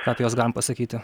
ką apie juos galim pasakyti